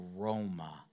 aroma